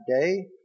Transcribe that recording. day